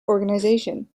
organisation